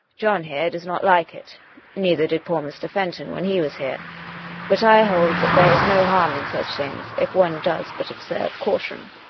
john here does not like it neither did poor mr. fenton when he was here but i hold there is no harm in such things if one does but observe caution.